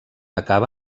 acaba